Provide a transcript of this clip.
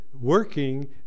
working